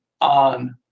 on